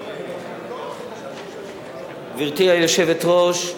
גברתי היושבת-ראש,